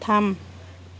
थाम